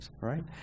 right